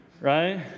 right